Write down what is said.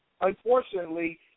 unfortunately